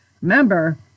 remember